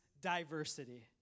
diversity